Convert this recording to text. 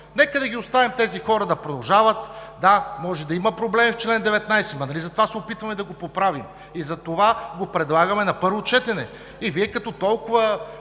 нека да оставим тези хора да продължават. Да, може да има проблеми в чл. 19, но нали затова се опитваме да го поправим? Затова го предлагаме на първо четене. И Вие, като толкова